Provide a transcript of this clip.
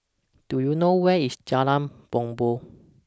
Do YOU know Where IS Jalan Bumbong